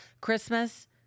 Christmas